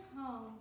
home